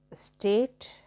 state